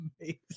amazing